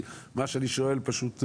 מה שאני שואל פשוט,